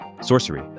Sorcery